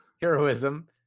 Heroism